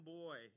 boy